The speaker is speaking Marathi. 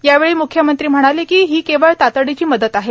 यावेळी म्ख्यमंत्री म्हणाले की ही केवळ तातडीची मदत आहे